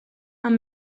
amb